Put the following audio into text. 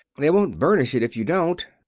they won't burnish it if you don't,